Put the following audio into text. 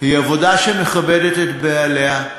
היא עבודה שמכבדת את בעליה,